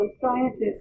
scientists